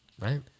Right